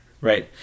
Right